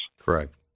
Correct